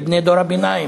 בבני דור הביניים,